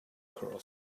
curse